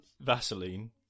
Vaseline